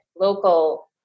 local